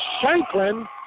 Shanklin